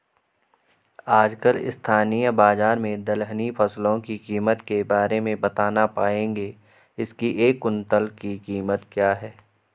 आजकल स्थानीय बाज़ार में दलहनी फसलों की कीमत के बारे में बताना पाएंगे इसकी एक कुन्तल की कीमत क्या है?